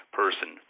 person